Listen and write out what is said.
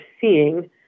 seeing